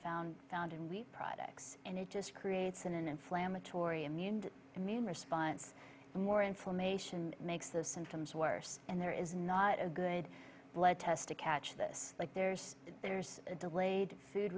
found found in wheat products and it just creates an inflammatory immune immune response and more information makes the symptoms worse and there is not a good blood test to catch this like there's there's a delayed food